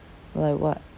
like what